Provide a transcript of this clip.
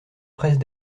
presse